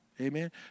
Amen